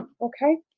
Okay